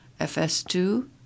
FS2